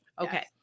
okay